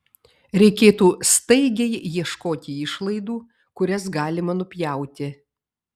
reikėtų staigiai ieškoti išlaidų kurias galima nupjauti